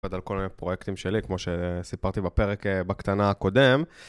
עובד על כל מיני פרויקטים שלי, כמו שסיפרתי בפרק בקטנה הקודם.